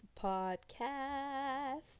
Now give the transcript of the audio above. podcast